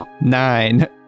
Nine